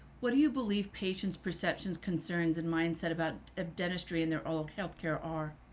what do you believe? patients perceptions, concerns, and mindset about dentistry and their all healthcare are.